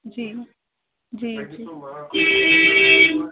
जी जी जी